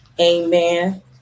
Amen